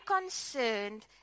concerned